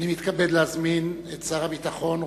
אני מתכבד להזמין את שר הביטחון,